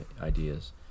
ideas